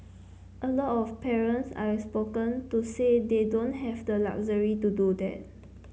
a lot of parents I've spoken to say they don't have the luxury to do that